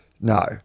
No